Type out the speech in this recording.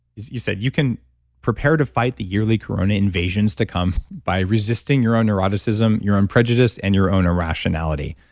you said you can prepare to fight the yearly corona invasions to come by resisting your own neuroticism, your own prejudice, and your own irrationality.